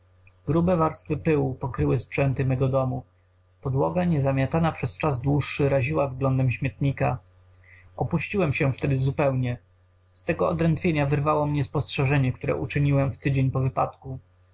grube warstwy pyłu pokryły sprzęty mego domu podłoga niezamiatana przez czas dłuższy raziła wyglądem śmietnika opuściłem się wtedy zupełnie z tego odrętwienia wyrwało mnie spostrzeżenie które uczyniłem w tydzień po wypadku